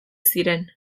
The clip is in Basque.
ziren